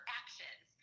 actions